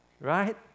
Right